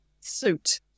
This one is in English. suit